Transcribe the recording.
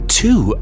two